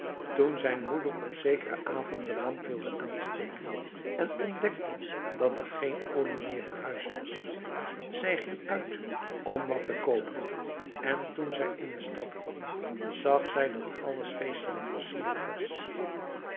toen zijn moeder op zekeren avond de lamp wilde aansteken en ontdekte dat er geen olie meer in huis was zij ging uit om wat te koopen en toen zij in de stad kwam zag zij dat alles feestelijk versierd was